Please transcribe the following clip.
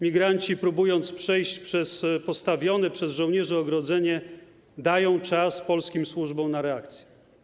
Migranci, próbując przejść przez postawione przez żołnierzy ogrodzenie, dają czas polskim służbom na reakcję.